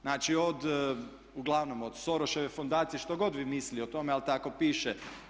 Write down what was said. Znači, uglavnom od Soroševe fondacije što god vi mislili o tome ali tako piše.